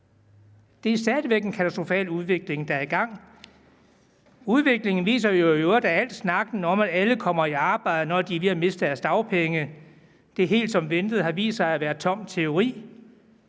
Det er en katastrofal udvikling, der stadig væk er i gang. Udviklingen viser jo i øvrigt, at al snakken om, at alle kommer i arbejde, når de er ved at miste deres dagpenge, helt som ventet har vist sig at være tom teori.